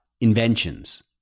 inventions